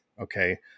okay